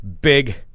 Big